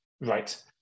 right